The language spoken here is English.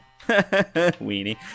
Weenie